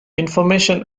information